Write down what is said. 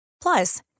Plus